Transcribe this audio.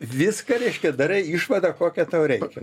viską reiškia darai išvadą kokią tau reikia